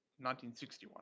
1961